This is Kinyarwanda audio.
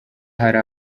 hari